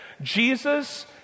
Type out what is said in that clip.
Jesus